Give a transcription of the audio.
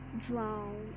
drown